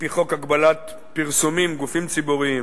על-פי חוק הגבלת פרסומים (גופים ציבוריים),